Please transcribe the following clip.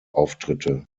auftritte